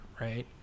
right